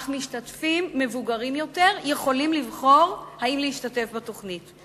אך משתתפים מבוגרים יותר יכולים לבחור אם להשתתף בתוכנית.